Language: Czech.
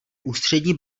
ústřední